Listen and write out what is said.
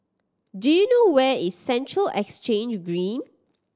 do you know where is Central Exchange Green